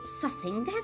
fussing